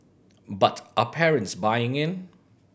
but are parents buying in